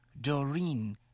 Doreen